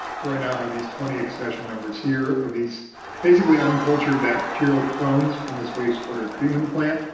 so i now have these twenty accession numbers here, of these basically uncultured bacterial clones from this wastewater treatment plant.